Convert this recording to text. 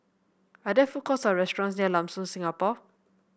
are there food courts or restaurant near Lam Soon Singapore